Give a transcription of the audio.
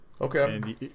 Okay